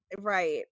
right